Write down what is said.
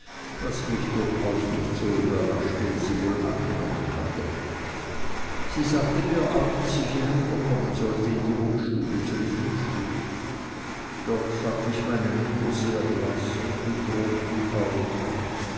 was mich durchaus nicht so überraschte wie sie wohl angenommen hatte sie sagte mir auch daß ich hinunterkommen sollte in die wohnstube zum frühstück dort fand ich meine mutter sehr blaß und mit roten augen